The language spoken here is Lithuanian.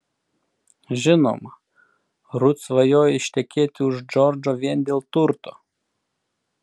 žinoma rut svajoja ištekėti už džordžo vien dėl turto